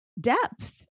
depth